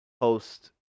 post